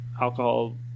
alcohol